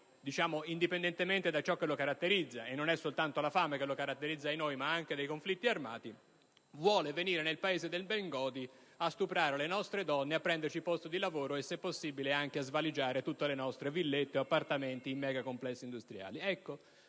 e che, indipendentemente da ciò che li caratterizza (e, ahinoi, non è soltanto la fame ma anche i conflitti armati), vuole venire nel Paese del Bengodi a stuprare le nostre donne, prenderci il posto di lavoro e, se possibile, a svaligiare tutte le nostre villette o appartamenti in megacomplessi industriali?